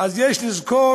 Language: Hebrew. אז יש לזכור